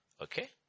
Okay